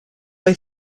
way